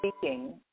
speaking